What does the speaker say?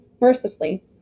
Mercifully